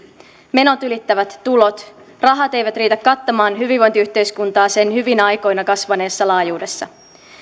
menot ylittävät tulot rahat eivät riitä kattamaan hyvinvointiyhteiskuntaa sen hyvinä aikoina kasvaneessa laajuudessa